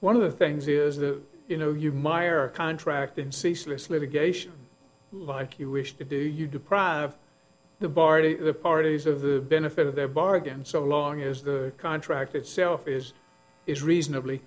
one of the things is that you know you myer contracted ceaseless litigation like you wish to do you deprive the bardi parties of the benefit of their bargain so long as the contract itself is is reasonably